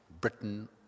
Britain